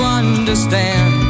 understand